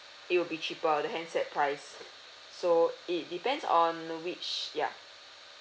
it will be cheaper the handset price so it depends on which ya